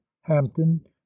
hampton